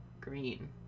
green